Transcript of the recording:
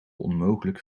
onmogelijk